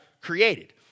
created